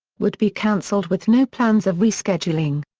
would be cancelled with no plans of rescheduling.